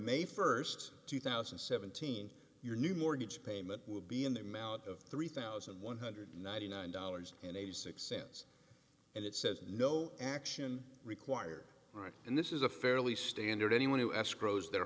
may st two thousand and seventeen your new mortgage payment will be in the amount of three thousand one hundred and ninety nine dollars eighty six cents and it says no action required right and this is a fairly standard anyone who